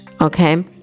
okay